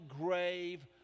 grave